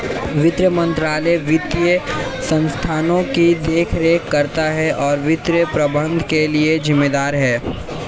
वित्त मंत्रालय वित्तीय संस्थानों की देखरेख करता है और वित्तीय प्रबंधन के लिए जिम्मेदार है